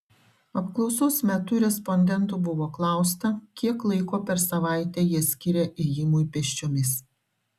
apklausos metu respondentų buvo klausta kiek laiko per savaitę jie skiria ėjimui pėsčiomis